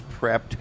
prepped